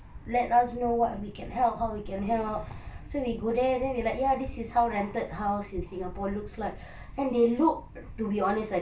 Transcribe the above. let us know what we can help how we can help so we go there we like ya this is how rented house in singapore looks like and they look to be honest